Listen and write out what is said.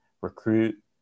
recruit